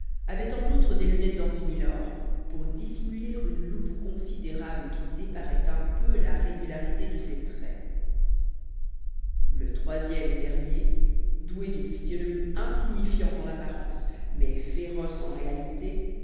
avait en outre des lunettes en similor pour dissimuler une loupe considérable qui déparait un peu la régularité de ses traits le troisième et dernier doué d'une physionomie insignifiante en apparence mais féroce en réalité